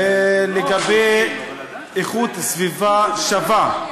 לגבי איכות סביבה שווה.